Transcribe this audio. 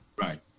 Right